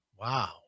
Wow